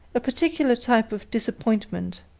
a particular type of disappointment.